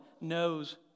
knows